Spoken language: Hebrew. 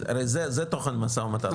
הרי זה תוכן משא ומתן,